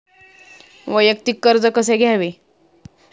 वैयक्तिक कर्ज कसे घ्यावे?